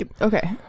Okay